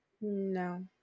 No